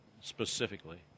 specifically